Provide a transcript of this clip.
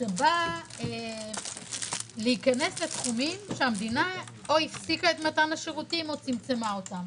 שבא להיכנס לתחומים שהמדינה או הפסיקה את מתן השירותים או צמצמה אותם.